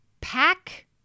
pack